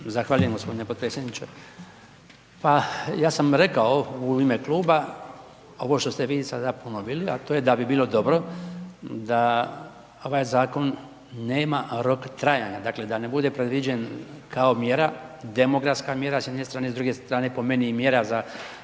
Zahvaljujem gospodine potpredsjedniče. Pa ja sam rekao u ime kluba, ovo što ste vi sada ponovili a to je da bi bilo dobro da ovaj zakon nema rok trajanja, dakle da ne bude predviđen kao mjera, demografska mjera s jedne strane a s druge strane po meni i mjera za